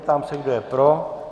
Ptám se, kdo je pro.